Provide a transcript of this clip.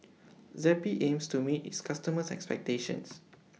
Zappy aims to meet its customers' expectations